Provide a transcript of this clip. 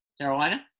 Carolina